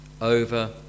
over